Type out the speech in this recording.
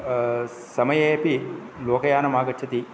समयेऽपि लोकयनम् अगच्छति